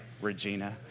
Regina